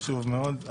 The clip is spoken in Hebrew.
חשוב מאוד.